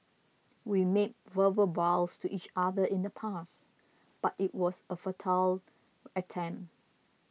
we made verbal vows to each other in the past but it was a futile attempt